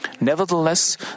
Nevertheless